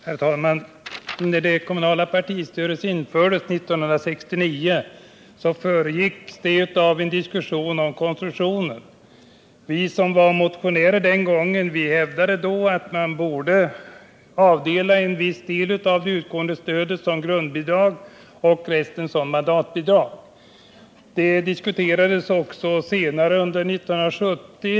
Herr talman! När det kommunala partistödet infördes 1969 föregicks det av en diskussion om konstruktionen. Vi som var motionärer den gången hävdade att man borde avdela en viss del av det utgående stödet till ett grundbidrag och ge resten som ett mandatbidrag. Frågan diskuterades också 1970.